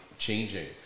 changing